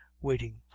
waiting